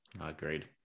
Agreed